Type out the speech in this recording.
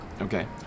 okay